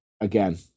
again